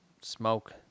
smoke